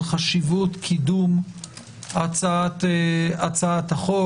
על חשיבות קידום הצעת החוק.